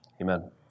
amen